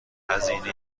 هزینه